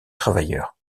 travailleurs